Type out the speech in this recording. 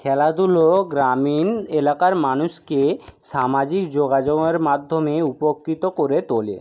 খেলাধুলো গ্রামীণ এলাকার মানুষকে সামাজিক যোগাযোগের মাধ্যমে উপকৃত করে তোলে